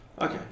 Okay